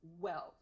wealth